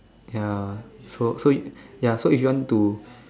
ya so so ya so if you want to